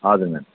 हजुर